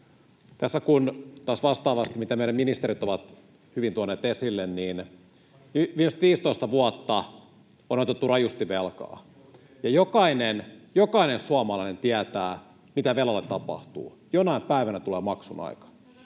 tässä taas vastaavasti meidän ministerimme ovat hyvin tuoneet esille, että viimeiset 15 vuotta on otettu rajusti velkaa. Jokainen suomalainen tietää, mitä velalle tapahtuu: jonain päivänä tulee maksun aika.